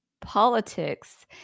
politics